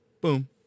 Boom